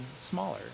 smaller